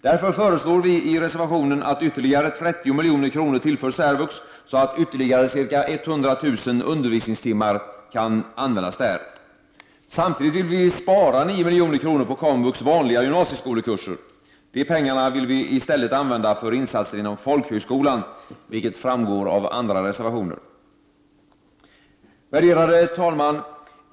Därför föreslår vi i reservationen att ytterligare 30 milj.kr. tillförs särvux, så att ytterligare ca 100 000 undervisningstimmar kan användas där. Samtidigt vill vi spara 9 milj.kr. på komvux ”vanliga” gymnasieskolekurser. De pengarna vill vi i stället använda för insatser inom folkhögskolan, vilket framgår av andra reservationer. Värderade talman!